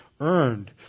earned